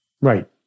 Right